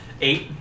Eight